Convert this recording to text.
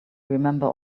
remember